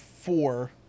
four